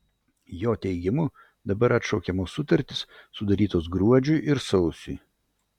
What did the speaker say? jo teigimu dabar atšaukiamos sutartys sudarytos gruodžiui ir sausiui